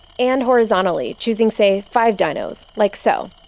and horizontally, choosing say five dynos, like so.